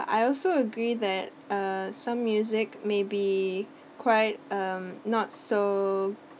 I also agree that uh some music may be quite um not so